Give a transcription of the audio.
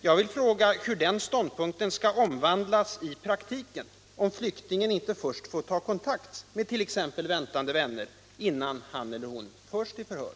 Jag vill fråga hur den ståndpunkten skall kunna omvandlas till praktik om flyktingen inte får ta kontakt med t.ex. väntande vänner innan han eller hon förs till förhör.